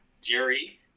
Jerry